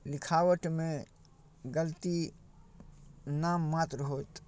लिखावटमे गलती नाममात्र होयत